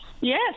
Yes